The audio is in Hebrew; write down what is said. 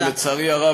ולצערי הרב,